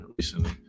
recently